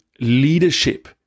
leadership